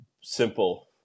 simple